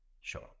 Sure